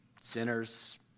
sinners